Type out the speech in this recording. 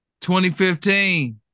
2015